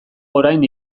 orain